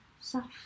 soft